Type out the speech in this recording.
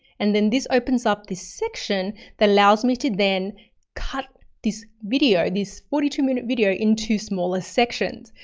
and then this opens up this section that allows me to then cut this video, this forty two minute video into smaller sections.